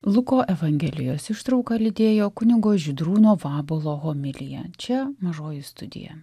luko evangelijos ištrauką lydėjo kunigo žydrūno vabuolo homiliją čia mažoji studija